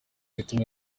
bituma